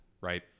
right